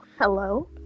Hello